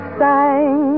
sang